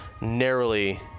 narrowly